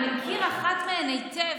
אני מכיר אחת מהן היטב,